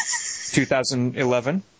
2011